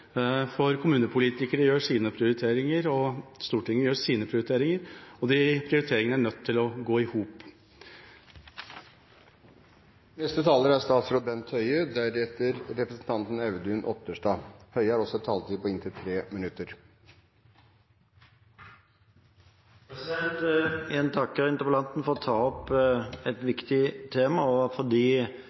for kommunepolitikere gjør sine prioriteringer, Stortinget gjør sine prioriteringer, og de prioriteringene er nødt til å gå i hop. Jeg vil igjen takke interpellanten for å ha tatt opp et viktig tema og for de synspunktene og innspillene som er kommet i denne debatten. Det å